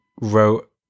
wrote